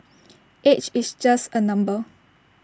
age is just A number